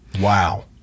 Wow